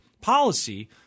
policy